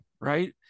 right